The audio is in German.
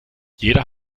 jeder